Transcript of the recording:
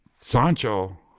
Sancho